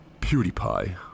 PewDiePie